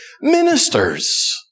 ministers